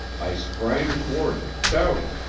i sprang toward it, shouting.